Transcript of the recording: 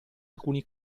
alcuni